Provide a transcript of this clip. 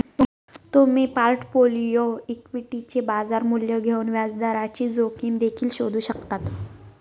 तुम्ही पोर्टफोलिओ इक्विटीचे बाजार मूल्य घेऊन व्याजदराची जोखीम देखील शोधू शकता